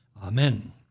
Amen